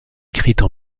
écrites